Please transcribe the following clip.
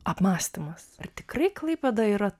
apmąstymas ar tikrai klaipėda yra